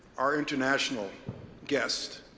our international guests,